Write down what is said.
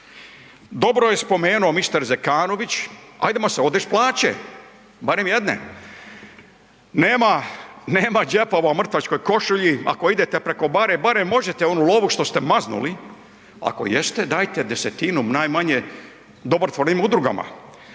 Dobro je spomenuo mister Zekanović, ajdemo se odreć plaće. Barem jedne. Nema džepova u mrtvačkoj košulji ako idete preko bare, barem možete onu lovu što ste maznuli, ako jeste, dajte 1/10 najmanje dobrotvornih udrugama.